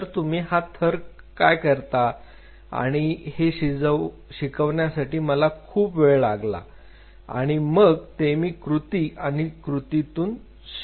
तर तुम्ही हा थर का करता आणि हे शिकण्यासाठी मला खूप वेळ लागला आणि मग ते मी कृती आणि त्रुटीतुन शिकलो